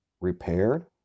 repaired